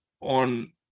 on